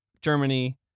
Germany